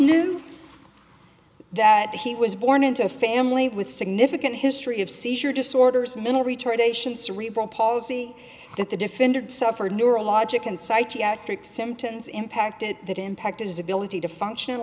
what's new that he was born into a family with significant history of seizure disorders mental retardation cerebral palsy that the defendant suffered neurologic and psychiatric symptoms impacted that impacted his ability to function in